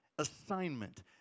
assignment